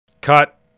Cut